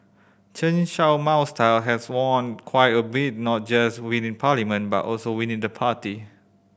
Chen Show Mao's style has waned quite a bit not just within parliament but also within the party